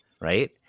right